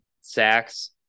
sacks